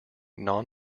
non